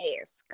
ask